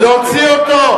להוציא אותו.